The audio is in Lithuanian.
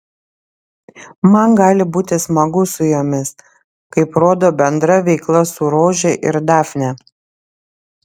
man gali būti smagu su jomis kaip rodo bendra veikla su rože ir dafne